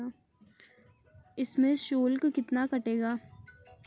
इसमें शुल्क कितना कटेगा?